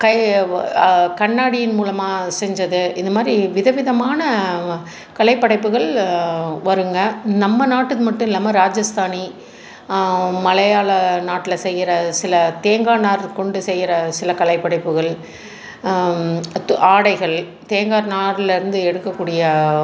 கை கண்ணாடியின் மூலமாக செஞ்சது இந்தமாதிரி விதவிதமான கலைப்படைப்புகள் வரும்ங்க நம்ம நாட்டுக்கு மட்டும் இல்லாமல் ராஜஸ்தானி மலையாள நாட்டில் செய்யுற சில தேங்காய் நார் கொண்டு செய்யுற சில கலைப்படைப்புகள் ஆடைகள் தேங்காய் நார்லேருந்து எடுக்கக்கூடிய